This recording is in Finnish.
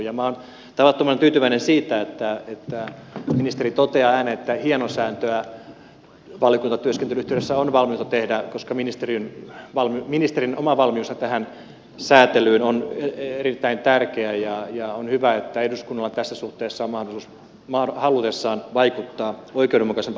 minä olen tavattoman tyytyväinen siitä että ministeri toteaa ääneen että hienosäätöä valiokuntatyöskentelyn yhteydessä on valmiutta tehdä koska ministerin oma valmiushan tähän säätelyyn on erittäin tärkeä ja on hyvä että eduskunnalla tässä suhteessa on mahdollisuus halutessaan vaikuttaa oikeudenmukaisempaan ratkaisuun